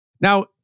Now